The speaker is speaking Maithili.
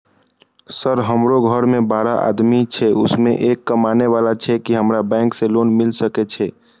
सर हमरो घर में बारह आदमी छे उसमें एक कमाने वाला छे की हमरा बैंक से लोन मिल सके छे?